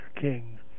King